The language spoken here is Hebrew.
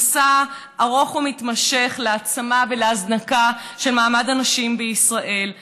במסע ארוך ומתמשך להעצמה ולהזנקה של מעמד הנשים בישראל.